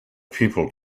people